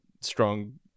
strong